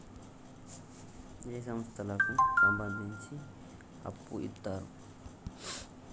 ఏ సంస్థలకు సంబంధించి అప్పు ఇత్తరు?